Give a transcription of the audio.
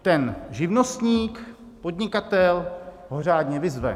Ten živnostník, podnikatel ho řádně vyzve.